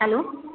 hello